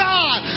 God